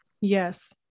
Yes